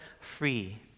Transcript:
free